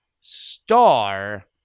star